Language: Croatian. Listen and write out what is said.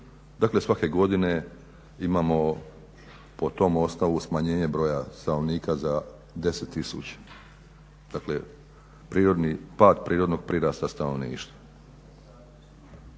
Dakle svake godine imamo po tom osnovu smanjenje broja stanovnika za 10 tisuća, dakle pad prirodnog prirasta stanovništva.